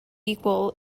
equal